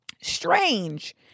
Strange